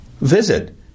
Visit